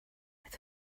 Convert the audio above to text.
aeth